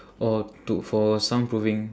oh to for soundproofing